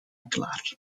klaar